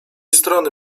strony